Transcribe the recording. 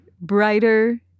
brighter